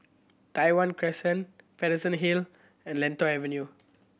Tai Hwan Crescent Paterson Hill and Lentor Avenue